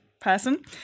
person